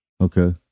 Okay